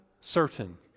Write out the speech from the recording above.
certain